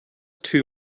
too